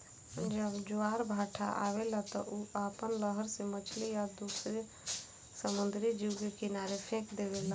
जब ज्वार भाटा आवेला त उ आपना लहर से मछली आ दुसर समुंद्री जीव के किनारे फेक देवेला